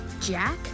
Jack